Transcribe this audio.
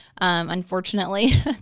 Unfortunately